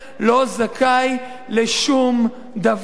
לא זכאי לשום דבר.